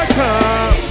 come